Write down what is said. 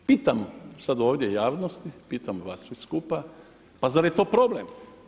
Pitam sad ovdje javnost, pitam vas sve skupa, pa zar je to problem?